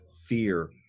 fear